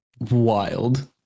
Wild